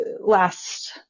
last